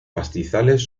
pastizales